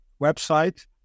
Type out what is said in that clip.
website